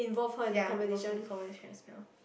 ya involve in the conversation as well